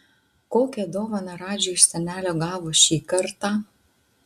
kokią dovaną radži iš senelio gavo šį kartą